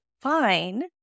fine